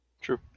True